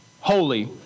holy